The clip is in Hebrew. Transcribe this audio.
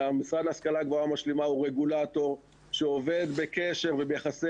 המשרד להשכלה גבוהה משלימה הוא רגולטור שעובד בקשר וביחסי